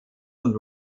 und